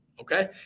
Okay